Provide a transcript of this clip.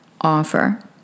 offer